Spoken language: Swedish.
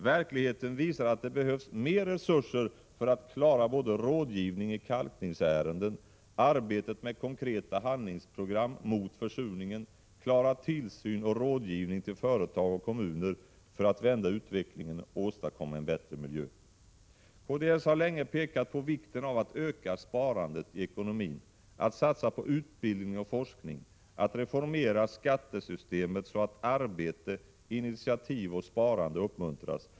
Verkligheten visar att det behövs mer resurser för att klara både rådgivning i kalkningsärenden, arbetet med konkreta handlingsprogram mot försurningen samt tillsyn och rådgivning till företag och kommuner för att vända utvecklingen och åstadkomma en bättre miljö. Kds har länge pekat på vikten av att öka sparandet i ekonomi, att satsa på utbildning och forskning, att reformera skattesystemet så att arbete, initiativ och sparande uppmuntras.